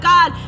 God